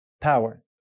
power